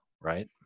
right